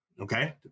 Okay